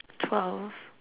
twelve